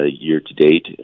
year-to-date